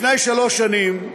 לפני שלוש שנים,